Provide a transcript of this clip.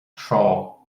tráth